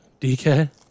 DK